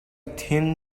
thin